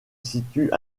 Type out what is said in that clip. situe